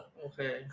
okay